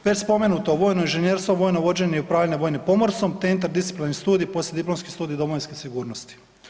Već spomenuto vojno inženjerstvo, vojno vođenje i upravljanje vojnim pomorstvom te interdisciplinarni studij poslijediplomski studij domovinske sigurnosti.